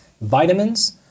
Vitamins